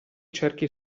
cerchi